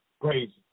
Crazy